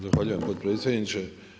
Zahvaljujem potpredsjedniče.